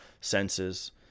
senses